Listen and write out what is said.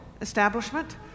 establishment